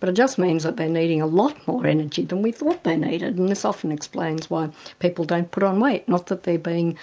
but it just means that they are needing a lot more energy than we thought they needed. and this often explains why people don't put on weight, not that they're being